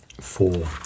four